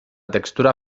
textura